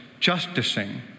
justicing